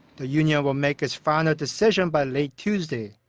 the union will make its final decision by late tuesday.